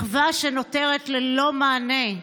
מחווה שנותרת ללא מענה.